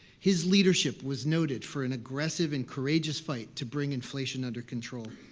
his leadership was noted for an aggressive and courageous fight to bring inflation under control.